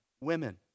women